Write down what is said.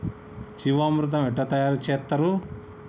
జీవామృతం ఎట్లా తయారు చేత్తరు?